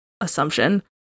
assumption